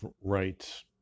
rights